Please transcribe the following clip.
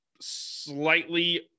slightly